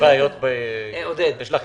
שתחום